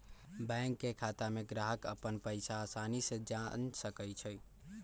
bank के खाता में ग्राहक अप्पन पैसा असानी से जान सकई छई